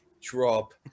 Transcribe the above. drop